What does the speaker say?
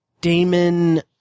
Damon